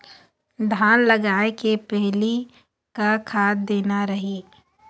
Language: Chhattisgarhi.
धान लगाय के पहली का खाद देना रही?